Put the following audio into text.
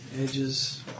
edges